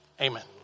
amen